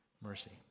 mercy